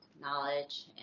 knowledge